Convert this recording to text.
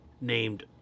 named